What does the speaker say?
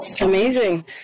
amazing